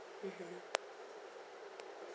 mmhmm